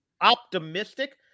Optimistic